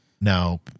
now